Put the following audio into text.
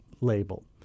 label